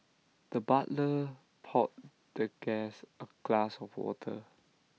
the butler poured the guest A glass of water